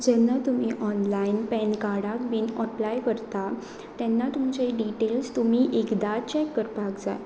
जेन्ना तुमी online PAN कार्डाक बीन अप्लाय करता तेन्ना तुमचे डिटेल्स तुमी एकदां चॅक करपाक जाय